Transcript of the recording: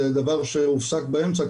דבר שהופסק באמצע,